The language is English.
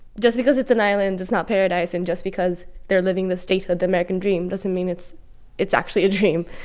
just because it's an island, it's not paradise. and just because they're living the statehood, the american dream, doesn't mean it's it's actually a dream.